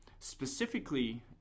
Specifically